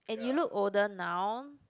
and you look older now